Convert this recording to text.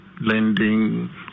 lending